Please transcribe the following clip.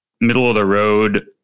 middle-of-the-road